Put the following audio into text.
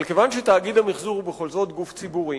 אבל כיוון שתאגיד המיחזור הוא בכל זאת גוף ציבורי